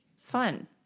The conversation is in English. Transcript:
fun